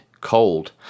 Cold